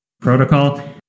protocol